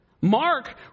Mark